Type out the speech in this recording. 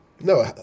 No